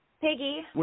Piggy